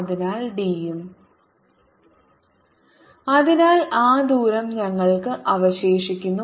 അതിനാൽ d യും For x≤0 DkEx k4π0 q2 y2z2d232 For x≥0 DEx 14π0 qdq1d 1y2z2d232 അതിനാൽ ആ ദൂരo ഞങ്ങൾക്ക് അവശേഷിക്കുന്നു